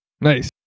Nice